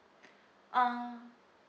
uh